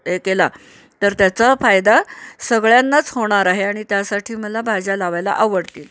हे केला तर त्याचा फायदा सगळ्यांनाच होणार आहे आणि त्यासाठी मला भाज्या लावायला आवडतील